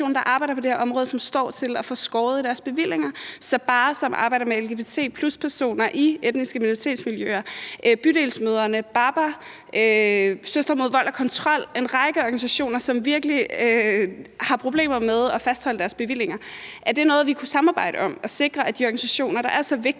der arbejder på det her område, som står til at få skåret i deres bevillinger – Sabaah, som arbejder med lgbt+-personer i etniske minoritetsmiljøer, Bydelsmødre, Baba og Søstre mod vold og kontrol. Det er en række organisationer, som virkelig har problemer med at fastholde deres bevillinger. Er det at sikre, at de organisationer, der er så vigtige